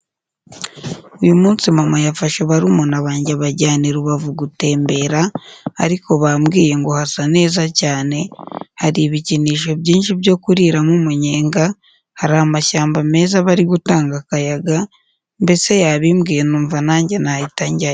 Uyu munsi mama yafashe barumuna bange abajyana i Rubavu gutembera, ariko bambwiye ngo hasa neza cyane, hari ibikinisho byinshi byo kuriramo umunyega, hari amashyamba meza, aba ari gutanga akayaga, mbese yabimbwiye numva nange nahita njyayo.